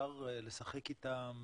שאפשר לשחק איתם